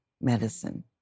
medicine